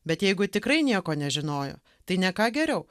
bet jeigu tikrai nieko nežinojo tai ne ką geriau